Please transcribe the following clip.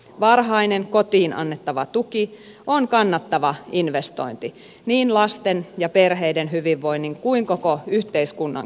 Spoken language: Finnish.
varhainen kotiin annettava tuki on kannattava investointi niin lasten ja perheiden hyvinvoinnin kuin koko yhteiskunnankin kannalta